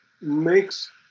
makes